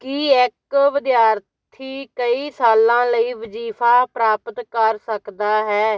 ਕੀ ਇੱਕ ਵਿਦਿਆਰਥੀ ਕਈ ਸਾਲਾਂ ਲਈ ਵਜ਼ੀਫ਼ਾ ਪ੍ਰਾਪਤ ਕਰ ਸਕਦਾ ਹੈ